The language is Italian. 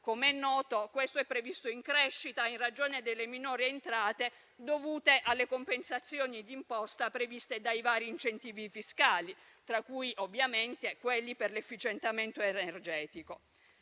come è noto - questo è previsto in crescita in ragione delle minori entrate dovute alle compensazioni d'imposta previste dai vari incentivi fiscali, tra cui ovviamente quelli per l'efficientamento energetico.